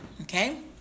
Okay